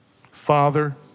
Father